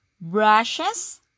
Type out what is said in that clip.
brushes